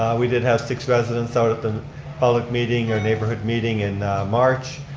we did have six residents out at the public meeting or neighborhood meeting in march.